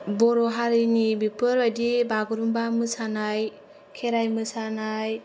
बर' हारिनि बेफोरबादि बागुरुम्बा मोसानाय खेराइ मोसानाय